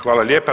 Hvala lijepa.